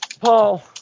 Paul